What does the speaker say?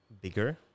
bigger